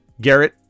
Garrett